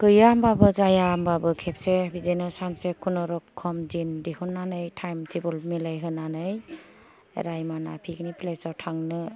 गैया होनब्लाबो जाया होनब्लाबो खेबसे बिदिनो सानसे खुनुरुखुम दिन दिहुननानै टाइम टेबोल मिलाय होनानै राइम'ना पिकनिक प्लेसाव थांनो